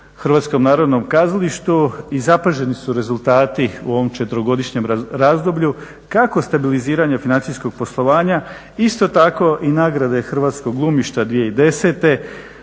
Hrvatskom narodnom kazalištu i zapaženi su rezultati u ovom četverogodišnjem razdoblju kako stabiliziranje financijskog poslovanja, isto tako i nagrade Hrvatskog glumišta 2010.za